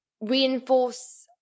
reinforce